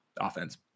offense